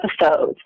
episodes